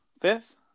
Fifth